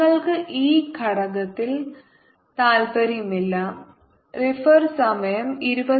നിങ്ങൾക്ക് ഈ ഘടകത്തിൽ താൽപ്പര്യമില്ല റഫർ സമയം 2856